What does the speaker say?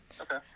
Okay